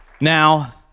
Now